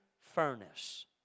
furnace